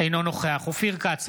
אינו נוכח אופיר כץ,